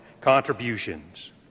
contributions